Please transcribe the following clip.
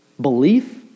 belief